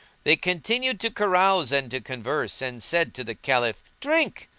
they continued to carouse and to converse and said to the caliph, drink!